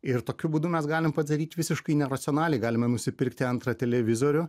ir tokiu būdu mes galime padaryti visiškai neracionaliai galime nusipirkti antrą televizorių